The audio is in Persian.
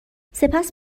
سپس